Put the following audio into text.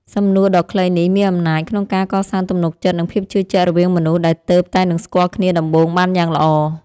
សំណួរដ៏ខ្លីនេះមានអំណាចក្នុងការកសាងទំនុកចិត្តនិងភាពជឿជាក់រវាងមនុស្សដែលទើបតែនឹងស្គាល់គ្នាដំបូងបានយ៉ាងល្អ។